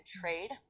trade